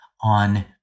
on